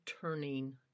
turning